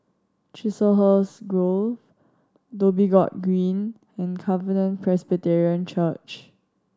Chiselhurst Grove Dhoby Ghaut Green and Covenant Presbyterian Church